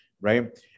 right